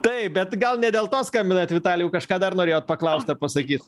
taip bet gal ne dėl to skambinant vitalijau kažką dar norėjot paklaust ar pasakyt